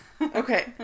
Okay